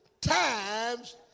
times